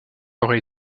aurait